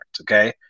okay